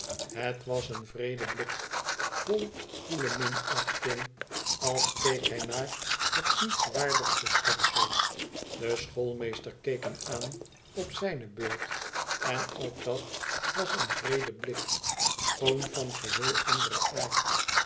het was een wreede blik vol koele minachting als keek hij naar het niets waardigste schepsel de schoolmeester keek hem aan op zijne beurt en ook dt was een wreede blik schoon van geheel anderen aard